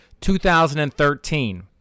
2013